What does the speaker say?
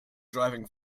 driving